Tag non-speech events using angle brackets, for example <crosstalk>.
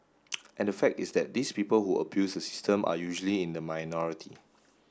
<noise> and the fact is that these people who abuse the system are usually in the minority